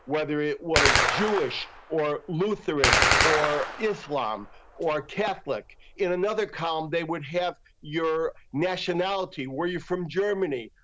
whether it was jewish or lutheran or islam or a catholic. in another column they would have your nationality were you from germany,